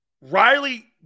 Riley